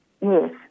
Yes